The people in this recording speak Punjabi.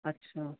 ਅੱਛਾ